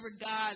God